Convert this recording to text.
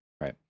right